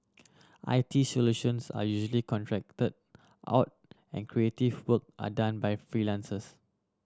I T solutions are usually contract out and creative work are done by freelances